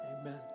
amen